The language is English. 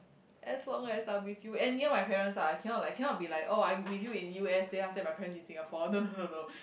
as long as I'm with you and near my parents lah I cannot like I cannot be like oh I'm with you in U_S then after that my parents in Singapore no no no no